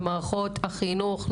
במערכות החינוך,